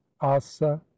Asa